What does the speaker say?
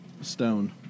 Stone